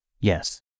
Yes